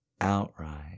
Outright